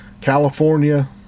California